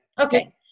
Okay